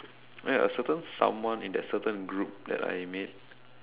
ya a certain someone in that certain group that I made